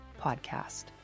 podcast